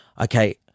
okay